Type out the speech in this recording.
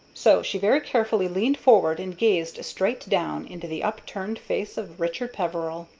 so she very carefully leaned forward and gazed straight down into the upturned face of richard peveril.